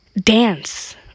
dance